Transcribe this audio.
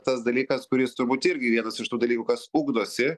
tas dalykas kuris turbūt irgi vienas iš tų dalykų kas ugdosi